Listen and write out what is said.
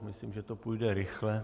Myslím, že to půjde rychle.